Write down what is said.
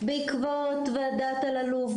בעקבות ועדת אלאלוף,